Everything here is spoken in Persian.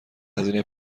هزینه